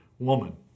woman